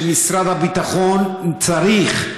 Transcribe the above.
משרד הביטחון צריך,